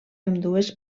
ambdues